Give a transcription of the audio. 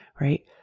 right